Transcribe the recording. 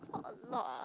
not a lot ah also